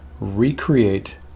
recreate